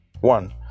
one